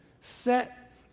set